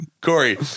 Corey